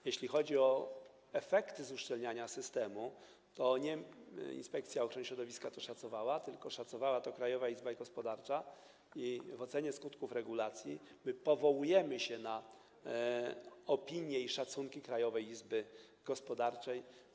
Jeśli chodzi o efekty uszczelniania systemu, to nie Inspekcja Ochrony Środowiska to szacowała, tylko szacowała to Krajowa Izba Gospodarcza i w ocenie skutków regulacji powołujemy się na opinie i szacunki Krajowej Izby Gospodarczej.